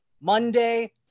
Monday